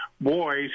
boys